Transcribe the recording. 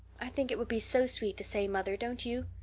i think it would be so sweet to say mother, don't you?